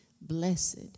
blessed